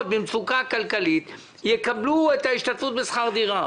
במצוקה כלכלית יקבלו את ההשתתפות בשכר דירה.